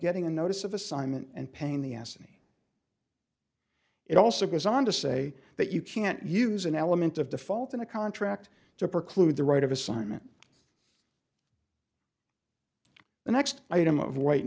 getting a notice of assignment and pain the ass me it also goes on to say that you can't use an element of the fault in a contract to preclude the right of assignment the next item of white